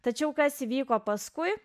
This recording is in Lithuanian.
tačiau kas įvyko paskui